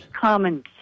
common